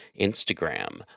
Instagram